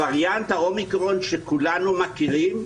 וריאנט האומיקרון שכולנו מכירים,